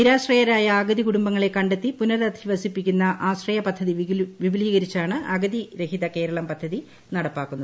നിരാശ്രയരായ അഗതി കുടുംബങ്ങളെ കണ്ടെത്തി പുനരധിവസിപ്പിക്കുന്ന ആശ്രയ പദ്ധതി വിപുലീകരിച്ചാണ് അഗതിരഹിതകേരളം പദ്ധതി നടപ്പാക്കുന്നത്